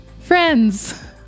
Friends